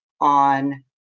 on